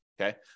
okay